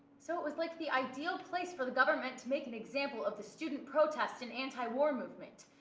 so it was like the ideal place for the government to make an example of the student protest and anti-war movement.